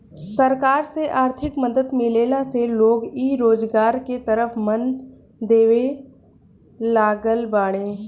सरकार से आर्थिक मदद मिलला से लोग इ रोजगार के तरफ मन देबे लागल बाड़ें